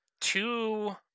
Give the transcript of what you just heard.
two